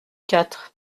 quatre